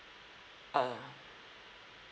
uh